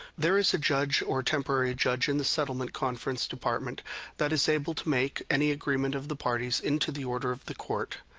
there is a judge or temporary judge in the settlement conference department that is able to make any agreement of the parties into the order of the court.